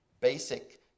basic